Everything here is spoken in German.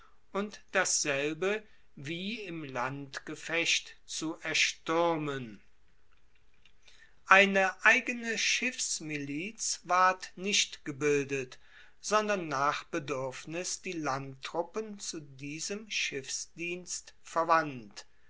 und dasselbe wie im landgefecht zu erstuermen eine eigene schiffsmiliz ward nicht gebildet sondern nach beduerfnis die landtruppen zu diesem schiffsdienst verwandt